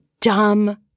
dumb